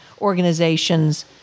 organizations